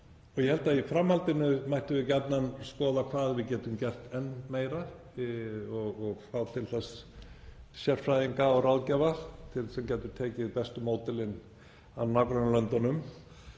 Ég held að í framhaldinu mættum við gjarnan skoða hvað við getum gert enn meira og fá til þess sérfræðinga og ráðgjafa sem gætu tekið bestu módelin frá nágrannalöndunum.